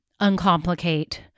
uncomplicate